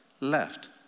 left